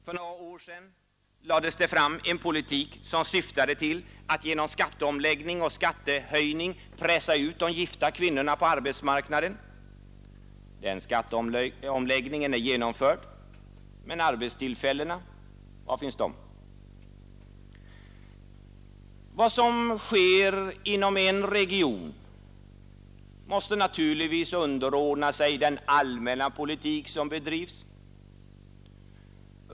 För några år sedan framlades en politik, som syftade till att genom skatteomläggning och skattehöjning pressa ut de gifta kvinnorna på arbetsmarknaden. Den skatteomläggningen är genomförd, men var finns arbetstillfällena? Vad som sker inom en region måste naturligtvis underordna sig den allmänna politiken som bedrivs.